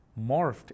morphed